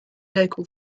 local